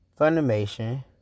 Funimation